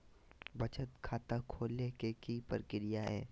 बचत खाता खोले के कि प्रक्रिया है?